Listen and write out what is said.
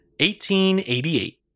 1888